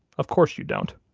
of course, you don't.